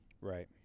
Right